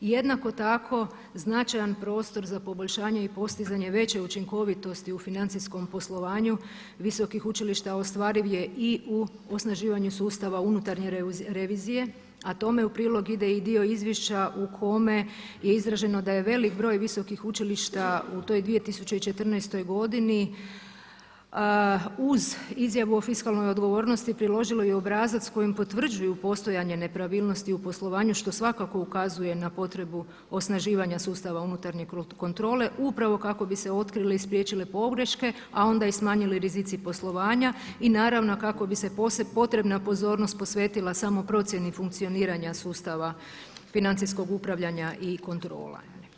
Jednako tako značajan prostor za poboljšanje i postizanje veće učinkovitosti u financijskom poslovanju visokih učilišta ostvariv je i u osnaživanju sustava unutarnje revizije, a tome u prilog ide i dio izvještaja u kome je izraženo da je veliki broj visokih učilišta u toj 2014. godini uz izjavu o fiskalnoj odgovornosti priložilo i obrazac kojim potvrđuju postojanje nepravilnosti u poslovanju što svakako ukazuje na potrebu osnaživanja sustava unutarnje kontrole upravo kako bi se otkrile i spriječile pogreške, a onda i smanjili rizici poslovanja i naravno kako bi se potrebna pozornost posvetila samo procjeni funkcioniranja sustava financijskog upravljanja i kontrole.